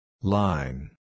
Line